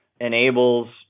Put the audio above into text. enables